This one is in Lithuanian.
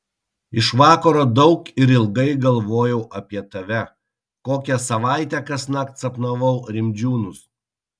iš vakaro daug ir ilgai galvojau apie tave kokią savaitę kasnakt sapnavau rimdžiūnus